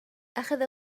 أخذ